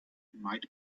might